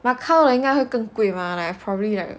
macau 应该会更贵 mah probably like